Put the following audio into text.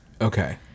Okay